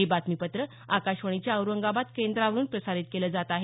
हे बातमीपत्र आकाशवाणीच्या औरंगाबाद केंद्रावरून प्रसारित केलं जात आहे